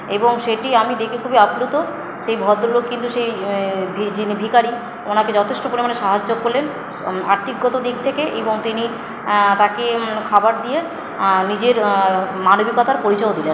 এবং সেটি আমি দেখে খুবই আপ্লুত সেই ভদ্রলোক কিন্তু সেই যিনি ভিখারি ওনাকে যথেষ্ট পরিমাণে সাহায্য করলেন আর্থিকগত দিক থেকে এবং তিনি তাকে খাবার দিয়ে নিজের মানবিকতার পরিচয়ও দিলেন